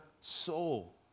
soul